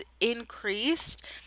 increased